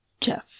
Jeff